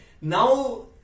now